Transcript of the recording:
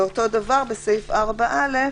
בגלל שבעצם קובעים פה מגבלות ספציפיות,